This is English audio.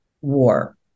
war